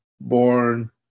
born